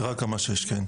כן, רק רמה (6).